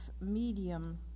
medium